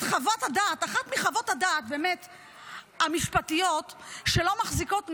אחת מחוות הדעת המשפטיות שבאמת לא מחזיקות מים.